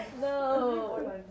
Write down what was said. No